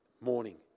Morning